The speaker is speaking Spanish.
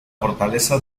fortaleza